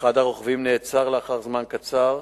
של התוצאות